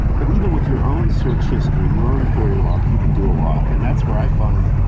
but even with your own search history, your own query log, you can do a lot. and that's where i find